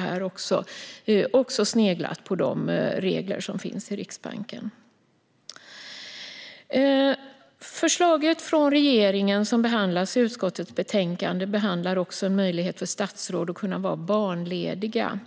har också sneglat på dessa regler. Regeringens förslag, som behandlas i utskottets betänkande, ger också statsråd möjlighet att vara barnlediga.